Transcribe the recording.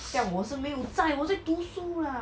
将我是没有在我在读书 lah